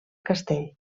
castell